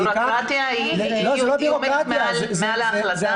בירוקרטיה היא מעל ההחלטה?